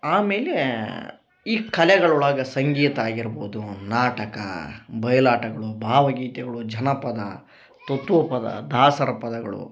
ಆಮೇಲೆ ಈ ಕಲೆಗಳೊಳಗ ಸಂಗೀತ ಆಗಿರ್ಬೋದು ನಾಟಕ ಬಯಲಾಟಗಳು ಭಾವಗೀತೆಗಳು ಜನಪದ ತತ್ವಪದ ದಾಸರ ಪದಗಳು